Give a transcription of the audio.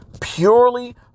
purely